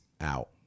out